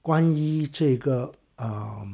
关于这个 um